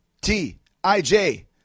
T-I-J